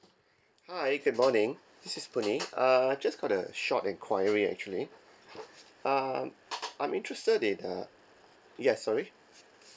hi good morning this is bunie uh I just got a short enquiry actually um I'm interested in uh yes sorry